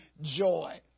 joy